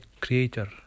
Creator